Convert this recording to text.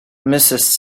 mrs